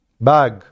bag